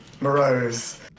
morose